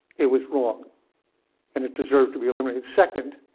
it was wrong and it deserved to be eliminated. second,